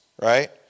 right